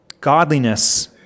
Godliness